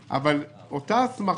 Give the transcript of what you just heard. אבל גם אם עסק נפגע בישוב אחר.